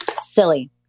silly